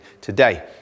today